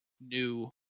new